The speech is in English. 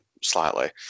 slightly